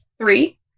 Three